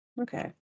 Okay